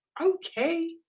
okay